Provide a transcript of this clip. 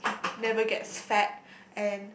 never get fat and